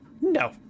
no